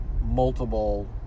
multiple